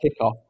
kickoff